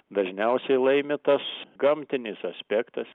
dažniausiai laimi tas gamtinis aspektas